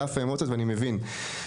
ואני מבין,